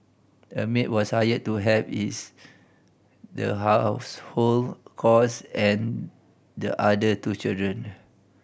a maid was hired to help with the household and the other two children